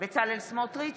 בצלאל סמוטריץ'